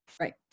Right